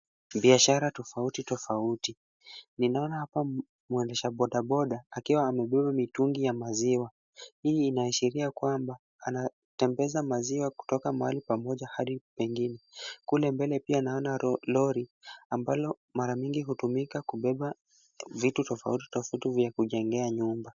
Biashara tofauti tofauti. Ninaona hapa mwendesha boda boda akiwa amebeba mitungi ya maziwa. Hii inaashiria kwamba, anatembeza maziwa kutoka mahali pamoja hadi pengine. Kule mbele pia naona lori, ambalo mara mingi hutumika kubeba vitu tofauti tofauti vya kujengea nyumba.